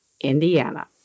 Indiana